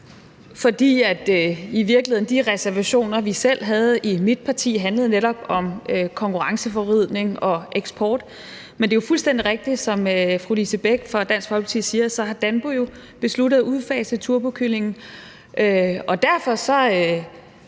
her i dag, for de reservationer, vi selv havde i mit parti, handlede netop om konkurrenceforvridning og eksport. Men det er fuldstændig rigtigt, som fru Lise Bech fra Dansk Folkeparti siger, at Danbo jo har besluttet at udfase turbokyllingen. Og derfor er